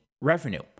revenue